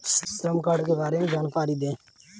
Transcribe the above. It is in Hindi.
श्रम कार्ड के बारे में जानकारी दें?